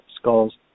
skulls